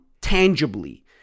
tangibly